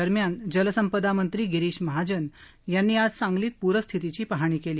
दरम्यान जलसंपदा मंत्री गिरीश महाजन यांनी आज सांगलीत पूरस्थितीची पाहणी केली